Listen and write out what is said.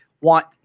want